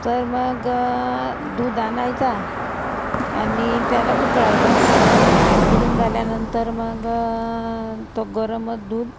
तर मग दूध आणायचा आणि त्याला उकळायचा उकळून झाल्यानंतर मग तो गरमच दूध